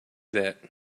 that